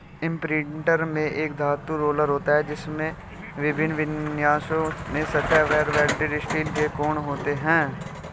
imprinter में एक धातु रोलर होता है, जिसमें विभिन्न विन्यासों में सतह पर वेल्डेड स्टील के कोण होते हैं